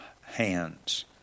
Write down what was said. hands